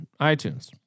iTunes